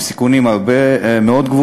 עם סיכונים מאוד גדולים.